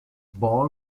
ball